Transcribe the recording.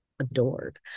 adored